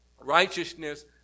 righteousness